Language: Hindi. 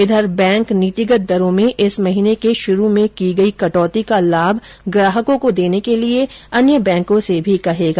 इधर बैंक नीतिगत दरों में इस महीने के आरंभ में की गयी कटौती का लाभ ग्राहकों को देने के लिए अन्य बैंकों से कहेगा